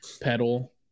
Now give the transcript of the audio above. pedal